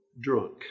drunk